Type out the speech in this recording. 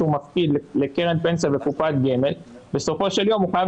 שהוא מפקיד לקרן פנסיה ולקופת גמל בסופו של יום הוא חייב